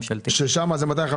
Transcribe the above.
מה שאני אומר זה מידע כללי.